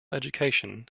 education